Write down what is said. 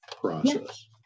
process